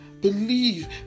Believe